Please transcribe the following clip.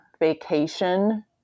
vacation